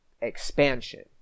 expansion